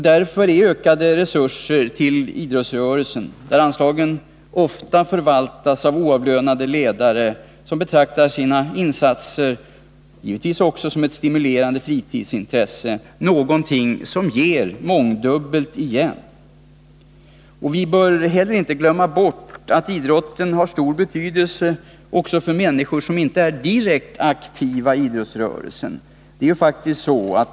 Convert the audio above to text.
Därför är ökade resurser till idrottsrörelsen — där anslagen ofta förvaltas av oavlönade ledare, som givetvis också betraktar sina insatser som ett stimulerande fritidsintresse — någonting som ger mångdubbelt igen. Vidare bör vi inte glömma bort att idrotten har stor betydelse också för människor som inte är direkt aktiva inom idrottsrörelsen.